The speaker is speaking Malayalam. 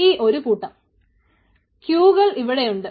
ഈ ഒരു കൂട്ടം ക്യൂകൾ ഇവിടെ ഉണ്ട്